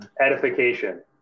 edification